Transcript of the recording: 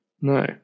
No